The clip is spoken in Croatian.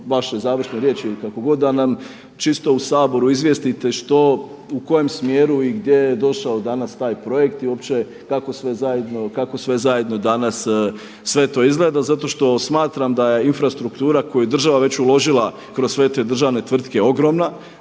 vaše završne riječi ili kako god da nam čisto u Saboru izvijestite što u kojem smjeru i gdje je došao danas taj projekt i uopće kako sve zajedno danas sve to izgleda zato što smatram da je infrastruktura koju je država već uložila kroz sve te državne tvrtke ogromna,